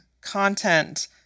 content